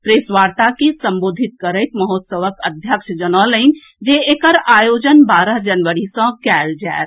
press वार्ता के संबोधित करैत महोत्सवक अध्यक्ष जनौलनि जे एकर आयोजन बारह जनवरी सँ कयल जायत